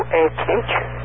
attention